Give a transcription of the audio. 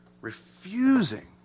Refusing